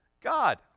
God